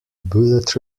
bullet